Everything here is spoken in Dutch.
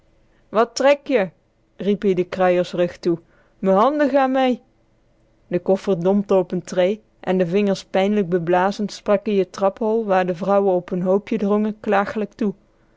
wat trek je riep ie den kruiersrug toe me handen gaan mee de koffer dompte op n tree en de vingers pijnlijk beblazend sprakie t traphol waar de vrouwen op n hoopje drongen klagelijk toe